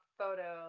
photo